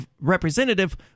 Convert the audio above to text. representative